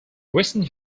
recent